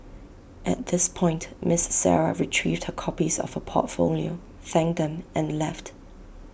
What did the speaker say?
at this point miss Sarah retrieved her copies of her portfolio thanked them and left